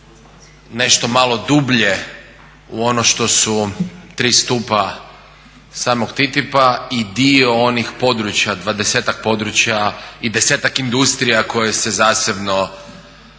nešto malo dublje u ono što su tri stupa samog TTIP-a i dio onih područja, dvadesetak područja i desetak industrija koje se zasebno pregovaraju